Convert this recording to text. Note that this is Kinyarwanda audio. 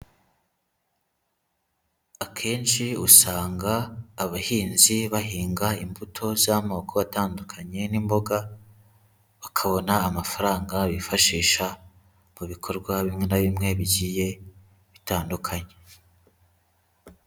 Akenshi usanga abahinzi bahinga imbuto z'amoko atandukanye n'imboga bakabona amafaranga bifashisha mu bikorwa bimwe na bimwe bigiye bitandukanye.